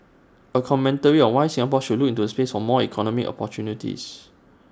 A commentary on why Singapore should look to space for more economic opportunities